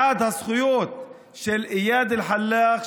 בעד הזכויות של איאד אלחלאק,